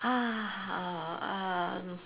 ha